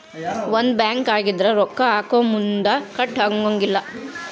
ಒಂದ ಬ್ಯಾಂಕ್ ಆಗಿದ್ರ ರೊಕ್ಕಾ ಹಾಕೊಮುನ್ದಾ ಕಟ್ ಆಗಂಗಿಲ್ಲಾ